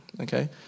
Okay